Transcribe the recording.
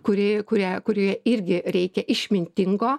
kuri kuriai kurioje irgi reikia išmintingo